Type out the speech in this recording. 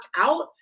out